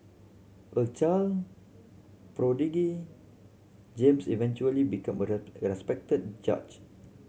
a child prodigy James eventually became a respected judge